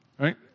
right